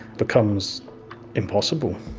becomes impossible.